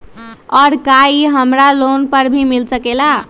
और का इ हमरा लोन पर भी मिल सकेला?